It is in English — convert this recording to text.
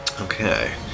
okay